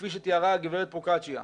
כפי שתיארה הגב' פרוקציה,